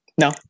No